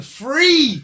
free